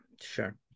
Sure